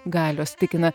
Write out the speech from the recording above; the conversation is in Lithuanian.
galios tikina